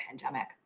pandemic